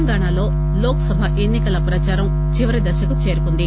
తెలంగాణాలో లోక్ సభ ఎన్నికల ప్రదారం చివరి దశకు చేరుకుంది